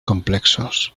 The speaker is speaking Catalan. complexos